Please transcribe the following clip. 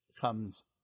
comes